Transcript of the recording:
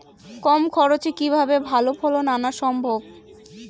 কম খরচে কিভাবে ভালো ফলন আনা সম্ভব?